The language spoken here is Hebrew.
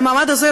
במעמד הזה,